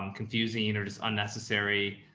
um confusing or just unnecessary?